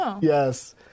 Yes